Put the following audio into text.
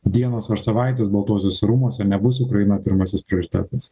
dienos ar savaitės baltuosiuose rūmuose nebus ukraina pirmasis prioritetas